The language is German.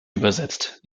übersetzt